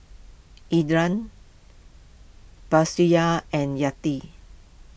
Indra Batrisya and Yati